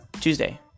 tuesday